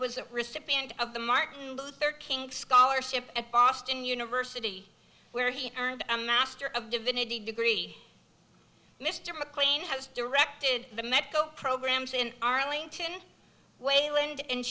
was a recipient of the martin luther king scholarship at boston university where he earned a master of divinity degree mr mclean has directed the medco programs in arlington wayland and